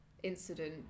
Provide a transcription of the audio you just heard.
incident